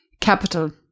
capital